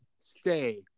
stay